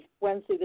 Wednesday